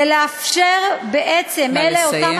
ולאפשר בעצם, נא לסיים.